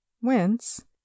whence